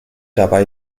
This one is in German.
dabei